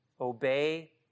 obey